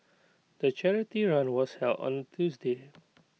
the charity run was held on Tuesday